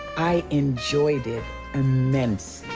i enjoyed it immensely.